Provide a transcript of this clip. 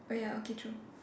oh ya okay true